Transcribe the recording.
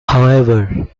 however